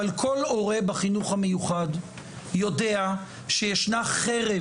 אבל כל הורה בחינוך המיוחד יודע שישנה חרב